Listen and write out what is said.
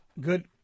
Good